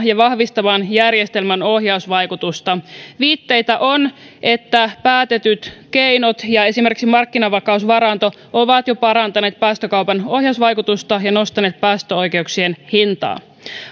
ja vahvistamaan järjestelmän ohjausvaikutusta viitteitä on että päätetyt keinot ja esimerkiksi markkinavakausvaranto ovat jo parantaneet päästökaupan ohjausvaikutusta ja nostaneet päästöoikeuksien hintaa